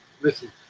listen